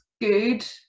good